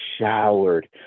showered